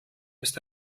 ist